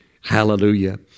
Hallelujah